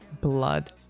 Blood